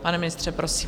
Pane ministře, prosím.